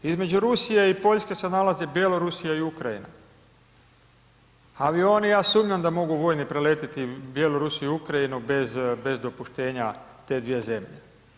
Između Rusije i Poljske se nalaze Bjelorusija i Ukrajina, avioni, ja sumnjam da mogu vojni preletiti Bjelorusiju i Ukrajinu bez dopuštenja te dvije zemlje.